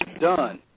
done